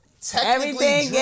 Technically